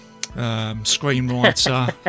screenwriter